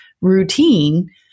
routine